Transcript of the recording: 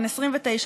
בן 29,